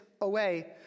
away